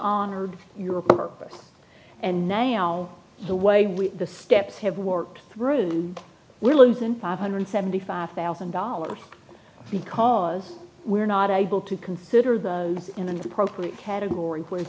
honored your purpose and now the way we the steps have worked through we're losing five hundred seventy five thousand dollars because we're not able to consider those in the appropriate category where